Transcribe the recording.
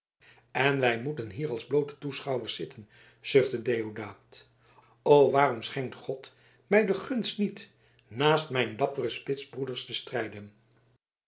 en wij moeten hier als bloote toeschouwers zitten zuchtte deodaat o waarom schenkt god mij de gunst niet naast mijn dappere spitsbroeders te strijden